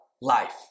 life